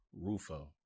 Rufo